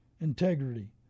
Integrity